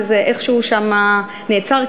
וזה איכשהו שם נעצר,